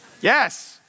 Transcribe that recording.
Yes